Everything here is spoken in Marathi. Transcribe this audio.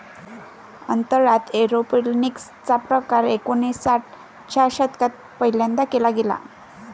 अंतराळात एरोपोनिक्स चा प्रकार एकोणिसाठ च्या दशकात पहिल्यांदा केला गेला